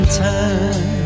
time